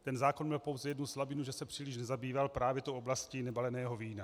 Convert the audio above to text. Ten zákon měl pouze jednu slabinu, že se příliš nezabýval právě oblastí nebaleného vína.